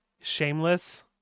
shameless